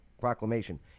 Proclamation